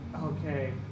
Okay